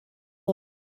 war